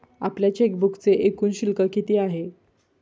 आपल्या चेकबुकचे एकूण शुल्क किती आहे?